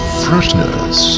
freshness